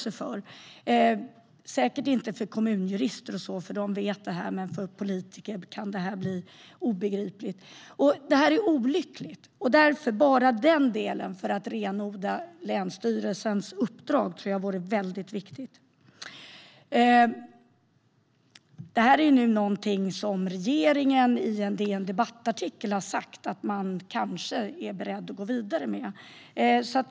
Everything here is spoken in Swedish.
Det är säkert inte obegripligt för kommunjurister, för de vet detta, men för politiker kan det bli det. Detta är olyckligt. Jag tror därför att den delen vore väldigt viktig för att renodla länsstyrelsens uppdrag. Detta är något som regeringen i en DN Debatt-artikel har sagt att man kanske är beredd att gå vidare med.